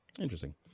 Interesting